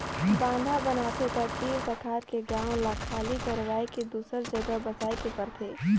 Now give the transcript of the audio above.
बांधा बनाथे त तीर तखार के गांव ल खाली करवाये के दूसर जघा बसाए के परथे